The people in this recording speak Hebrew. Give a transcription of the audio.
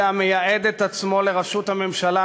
זה המייעד את עצמו לראשות הממשלה,